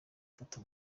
mfata